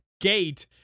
gate